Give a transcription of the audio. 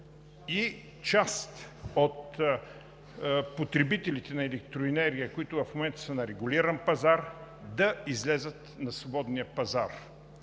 и част от потребителите на електроенергия, които в момента са на регулиран пазар, да излязат на свободния пазар.